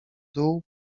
dół